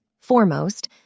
Foremost